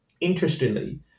interestingly